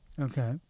Okay